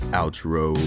outro